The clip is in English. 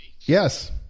Yes